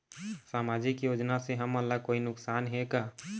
सामाजिक योजना से हमन ला कोई नुकसान हे का?